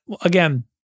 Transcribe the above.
again